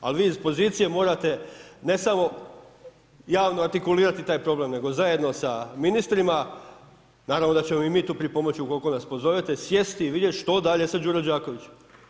A vi iz pozicije morate ne samo javno artikulirati taj problem nego zajedno sa ministrima, naravno da ćemo i mi tu pripomoći ukoliko nas pozovete sjesti i vidjeti što dalje sa Đurom Đakovićem.